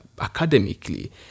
academically